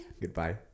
goodbye